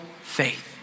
faith